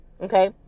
okay